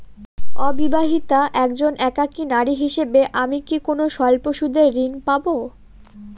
অবিবাহিতা একজন একাকী নারী হিসেবে আমি কি কোনো স্বল্প সুদের ঋণ পাব?